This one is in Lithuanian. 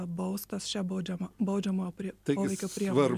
baustas čia baudžiama baudžiamojo poveikio priemonė